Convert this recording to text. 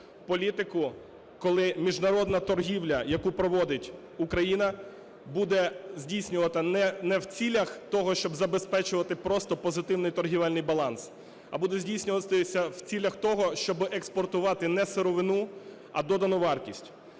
політику, коли міжнародна торгівля, яку проводить Україна, буде здійснювати не в цілях того, щоб забезпечувати просто позитивний торгівельний баланс, а буде здійснюватися в цілях того, щоби експортувати не сировину, а додану вартість